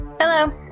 Hello